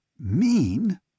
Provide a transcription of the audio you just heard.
Mean